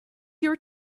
your